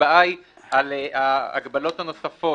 ההצבעה היא על ההגבלות הנוספות